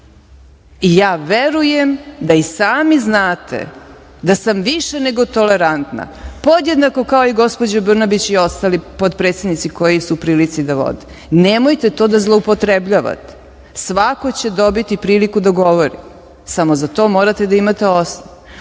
i ja verujem da i sami znate da sam više nego tolerantna, podjednako kao i gospođa Brnabić i ostali potpredsednici koji su u prili da vode. Nemojte to da zloupotrebljavate. Svako će dobiti priliku da govori, samo za to morate da imate